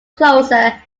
closer